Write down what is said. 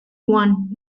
one